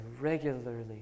regularly